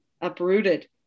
uprooted